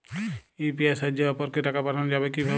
UPI এর সাহায্যে অপরকে টাকা পাঠানো যাবে কিভাবে?